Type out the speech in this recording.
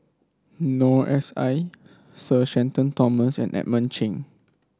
Noor S I Sir Shenton Thomas and Edmund Cheng